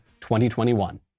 2021